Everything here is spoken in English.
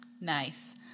Nice